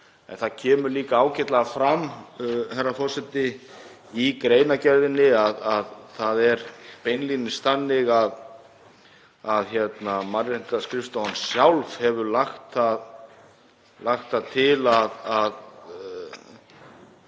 það kemur líka ágætlega fram, herra forseti, í greinargerðinni að það er beinlínis þannig að Mannréttindaskrifstofan sjálf hefur lagt það